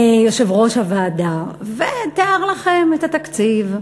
יושב-ראש הוועדה, ותיאר לכם את התקציב,